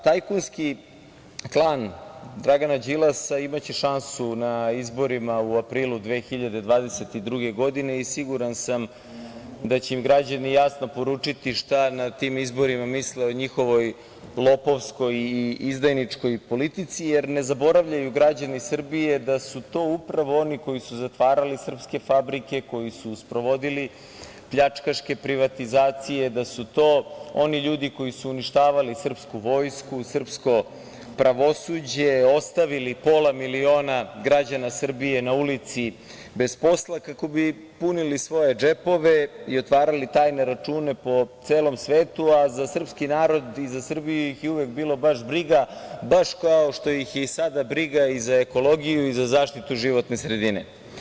Tajkunski klan Dragana Đilasa imaće šansu na izborima u aprilu 2022. godine i siguran sam da će im građani jasno poručiti na tim izborima šta misle o njihovoj lopovskoj i izdajničkoj politici, jer ne zaboravljaju građani Srbije da su to upravo oni koji su zatvarali srpske fabrike, koji su sprovodili pljačkaške privatizacije, da su to oni ljudi koji su uništavali srpsku vojsku, srpsko pravosuđe, ostavili pola miliona građana Srbije na ulici bez posla, kako bi punili svoje džepove i otvarali tajne račune po celom svetu, a za srpski narod i za Srbiju ih je uvek bilo baš briga, baš kao što ih je i sada briga i za ekologiju i za zaštitu životne sredine.